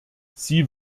sie